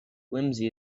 whimsy